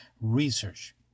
research